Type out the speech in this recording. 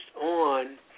on